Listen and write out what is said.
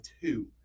two